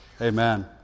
amen